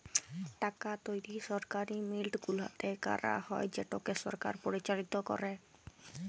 টাকা তৈরি সরকারি মিল্ট গুলাতে ক্যারা হ্যয় যেটকে সরকার পরিচালিত ক্যরে